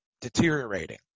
deteriorating